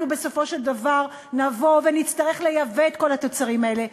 בסופו של דבר נבוא ונצטרך לייבא את כל התוצרים האלה,